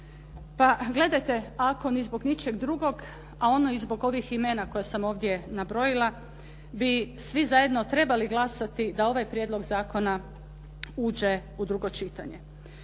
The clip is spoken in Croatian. Pa gledajte, ako ni zbog ničeg drugog, a ono i zbog ovih imena koje sam ovdje nabrojila bi svi zajedno trebali glasati da ovaj prijedlog zakona uđe u drugo čitanje.